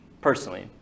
personally